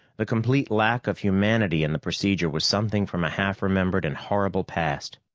the complete lack of humanity in the procedure was something from a half-remembered and horrible past.